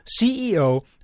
CEO